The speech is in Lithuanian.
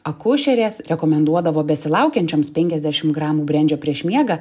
akušerės rekomenduodavo besilaukiančioms penkiasdešim gramų brendžio prieš miegą